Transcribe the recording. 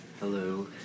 Hello